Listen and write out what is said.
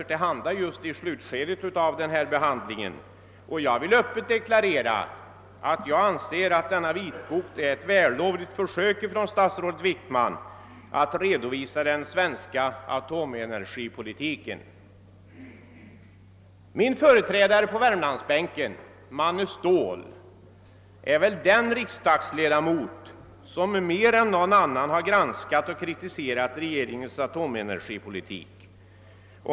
Jag vill öppet deklarera att jag anser att denna vitbok är ett vällovligt försök av statsrådet Wickman att redovisa den svenska atomenergipolitiken. Min företrädare på Värmlandsbänken, Manne Ståhl, har väl varit den riksdagsledamot som mer än någon annan granskat och kritiserat regeringens atomenergipolitik.